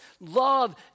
love